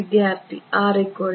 വിദ്യാർത്ഥി R0